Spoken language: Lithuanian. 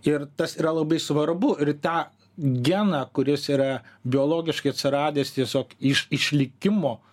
ir tas yra labai svarbu ir tą geną kuris yra biologiškai atsiradęs tiesiog iš išlikimo